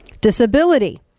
Disability